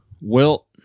Wilt